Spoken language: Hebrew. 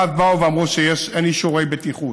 ואז באו ואמרו שאין אישורי בטיחות.